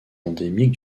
endémique